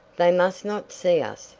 they must not see us,